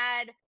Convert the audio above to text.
add